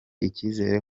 icyizere